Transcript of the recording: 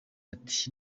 ati